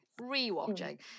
Re-watching